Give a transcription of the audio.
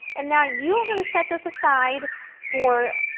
and now you are going to set this aside for,